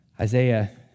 Isaiah